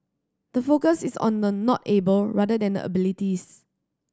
the focus is on the not able rather than the abilities